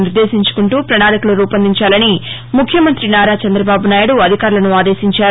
నిర్దేశించుకుంటూ వణాళికలు రూపొందించాలని ముఖ్యమంతి నారా చందబాబునాయుడు అధికారులను ఆదేశించారు